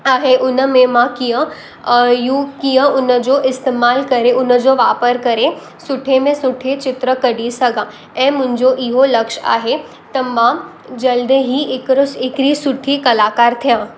आहे उनमें मां कीअं यू कीअं उनजो इस्तेमाल करे उनजो वापिर करे सुठे में सुठी चित्र कढी सघां ऐं मुंहिंजो इहो लक्ष आहे त मां जल्द ई हिकिड़ो हिकिड़ी सुठी कलाकार थियां